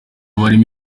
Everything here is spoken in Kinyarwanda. harimo